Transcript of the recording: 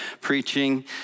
preaching